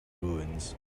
ruins